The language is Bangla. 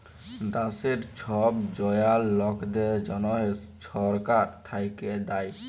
দ্যাশের ছব জয়াল লকদের জ্যনহে ছরকার থ্যাইকে দ্যায়